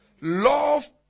Love